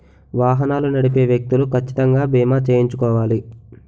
వాహనాలు నడిపే వ్యక్తులు కచ్చితంగా బీమా చేయించుకోవాలి